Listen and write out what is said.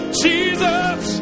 jesus